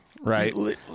right